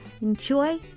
Enjoy